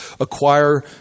acquire